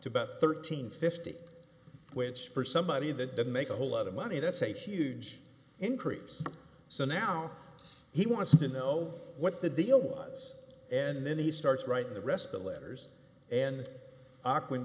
about thirteen fifty which for somebody that doesn't make a whole lot of money that's a huge increase so now he wants to know what the deal was and then he starts writing the rest of the letters and